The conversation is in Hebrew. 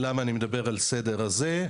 אני מדבר בסדר הזה,